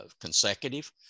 consecutive